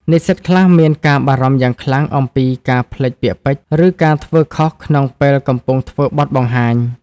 និស្សិតខ្លះមានការបារម្ភយ៉ាងខ្លាំងអំពីការភ្លេចពាក្យពេចន៍ ឬការធ្វើខុសក្នុងពេលកំពុងធ្វើបទបង្ហាញ។